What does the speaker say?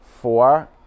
Four